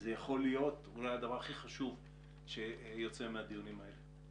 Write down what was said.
זה יכול להיות אולי הדבר הכי חשוב שיוצא מהדיונים האלה.